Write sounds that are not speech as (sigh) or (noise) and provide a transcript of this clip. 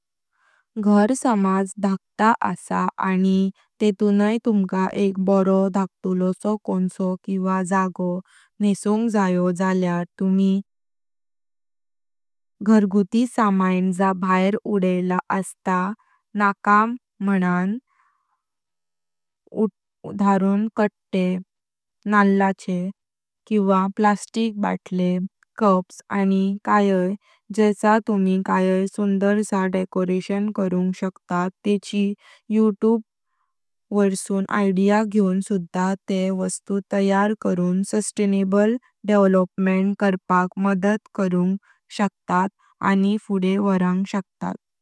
घर समज धकट असं आनी तेतुनाय तुम्हका एक बारो धकटुलोसो कोणसो किवा जागो न्हेसों जायो जाइयार तुम्ही (hesitation) घर्गुती समाइन जा भैर उड़ायला अस्तां नका मानां (hesitation) उदाहरण कत्ते नळाचे और प्लास्टिक बॉटल, कप्स आनी काये जेचा तुम्ही काये सुंदर स डेकोरेशन करुंग शकतात तेची यूट्यूब (hesitation) व्होइरसुं आयडिया घ्यावनं सुधा ते वस्तु तयार करुं सस्टेनेबल डेव्हलपमेंट करपाक मदत करुं शकतात आनी फुडें वरंग शकतात।